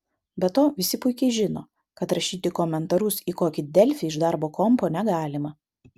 be to visi puikiai žino kad rašyti komentarus į kokį delfį iš darbo kompo negalima